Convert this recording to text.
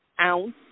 ounce